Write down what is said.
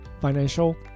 financial